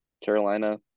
Carolina